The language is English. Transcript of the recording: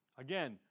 Again